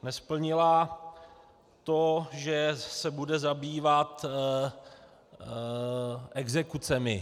Nesplnila to, že se bude zabývat exekucemi.